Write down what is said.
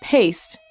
Paste